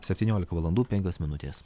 septyniolika valandų penkios minutės